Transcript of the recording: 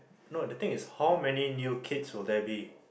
no the thing is how many new kids were there be